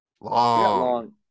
Long